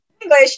English